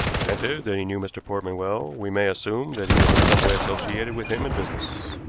granted that he knew mr. portman well, we may assume that he was in some way associated with him in business.